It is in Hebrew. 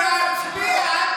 תצביע.